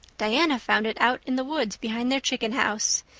diana found it out in the woods behind their chicken house.